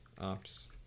Ops